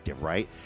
right